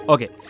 Okay